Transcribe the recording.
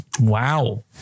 Wow